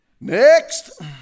Next